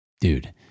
Dude